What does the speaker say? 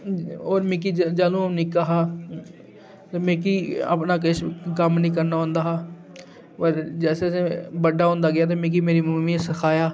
और मिकी जैह्लूं अ'ऊं निक्का हा तां मिकी अपना किश कम्म निं करना औंदा हा बड जैसे जैसे बड्डा होंदा गेआ तां मिकी मेरी मम्मी नै सखाया